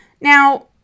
Now